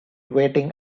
waiting